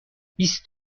بیست